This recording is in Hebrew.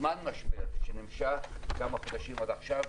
בזמן משבר שנמשך כמה חודשים עד עכשיו,